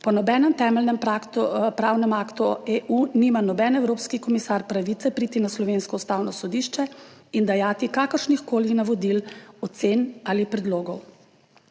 Po nobenem temeljnemu pravnem aktu EU nima noben evropski komisar pravice priti na slovensko Ustavno sodišče in ajati kakršnihkoli navodil, ocen ali predlogov.